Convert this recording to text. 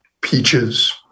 peaches